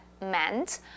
meant